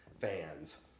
fans